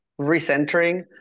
recentering